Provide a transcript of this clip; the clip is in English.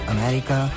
America